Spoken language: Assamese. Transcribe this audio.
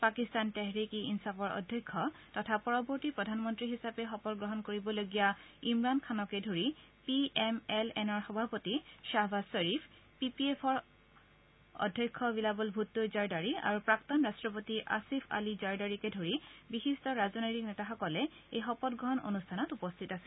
পাকিস্তান তেহৰিক ই ইলাফৰ অধ্যক্ষ তথা পৰৱৰ্তী প্ৰধানমন্ত্ৰী হিচাপে শপতগ্ৰহণ কৰিবলগীয়া ইমৰান খানকে ধৰি পি এম এল এনৰ সভাপতি শ্বাহবাজ শ্বৰীফ পি পি পিৰ অধ্যক্ষ বিলাৱল ভুটো জৰ্দাৰী আৰু প্ৰাক্তন ৰট্টপতি আছিফ আলী জৰ্দাৰীকে ধৰি বিশিষ্ট ৰাজনৈতিক নেতাসকল এই শপতগ্ৰহণ অনুষ্ঠানত উপস্থিত আছিল